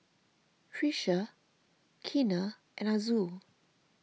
Trisha Keena and Azul